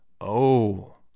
Oh